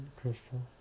Crystal